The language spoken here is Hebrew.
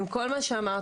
עם כל מה שאמרת,